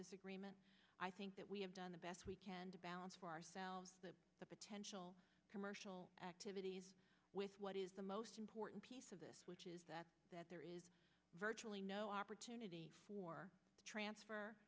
this agreement i think that we have done the best we can to balance for ourselves the potential commercial activities with what is the most important piece of this which is that that there is virtually no opportunity for transfer